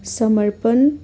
समर्पण